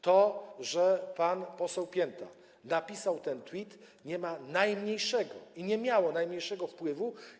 To, że pan poseł Pięta napisał ten tweet, nie ma najmniejszego i nie miało najmniejszego wpływu.